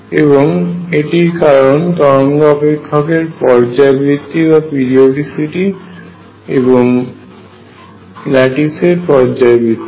এবং এটির কারণ তরঙ্গ অপেক্ষকের পর্যায়বৃত্তি এবং ল্যাটিস এর পর্যাবৃত্তি